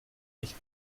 nicht